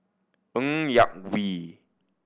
Ng Yak Whee